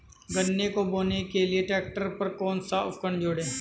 गन्ने को बोने के लिये ट्रैक्टर पर कौन सा उपकरण जोड़ें?